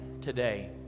today